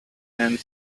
and